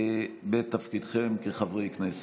בתפקידכם כחברי כנסת.